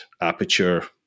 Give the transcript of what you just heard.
aperture